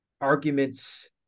arguments